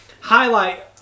Highlight